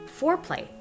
Foreplay